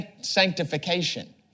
sanctification